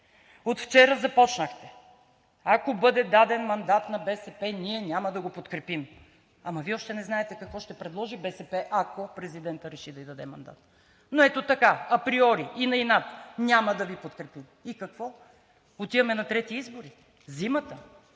От вчера започнахте, ако бъде даден мандат на БСП ние няма да го подкрепим. Ама, Вие още не знаете, какво ще предложи БСП, ако президентът реши да ѝ даде мандат? Ето така, априори и на инат няма да Ви подкрепим. И какво – отиваме на трети избори, зимата